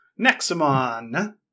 Nexamon